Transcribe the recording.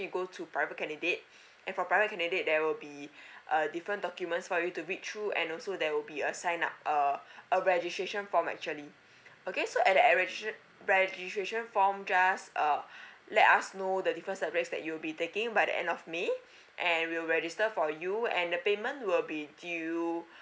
can go to private candidate and for private candidate there will be a different documents for you to read through and also there will be a sign up uh a registration form actually okay so at the registration form just let us know the different subjects that you'll be taking by the end of may and will register for you and the payment will be due